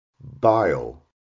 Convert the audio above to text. Bile